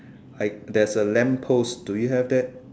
like there's a lamp post do you have that